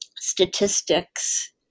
statistics